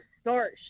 start